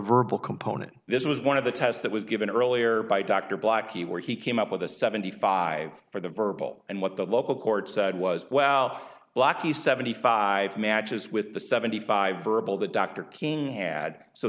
verbal component this was one of the tests that was given earlier by dr blackie where he came up with the seventy five for the verbal and what the local court said was well blocky seventy five matches with the seventy five verbal that dr king had so